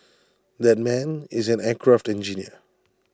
that man is an aircraft engineer